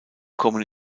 kommen